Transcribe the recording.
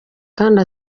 kandi